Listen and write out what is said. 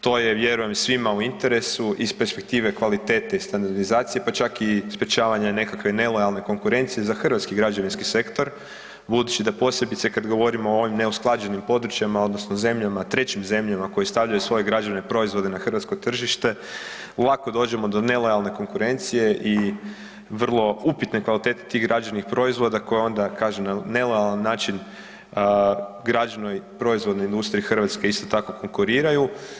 To je vjerujem svima u interesu, iz perspektive kvalitete i standardizacije, pa čak i sprječavanja nekakve nelojalne konkurencije za hrvatski građevinski sektor budući da posebice kad govorimo o ovim neusklađenim područjima odnosno zemljama, trećim zemljama koje stavljaju svoje građevne proizvode ha hrvatsko tržište, lako dođemo do nelojalne konkurencije i vrlo upitne kvalitete tih građevnih proizvoda koji onda, kažem, na nelojalan način građevnoj proizvodnoj industriji Hrvatske isto tako konkuriraju.